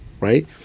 right